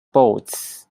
boats